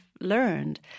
learned